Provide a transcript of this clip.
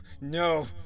no